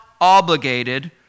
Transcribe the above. obligated